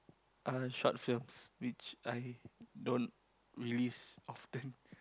uh short films which I don't release often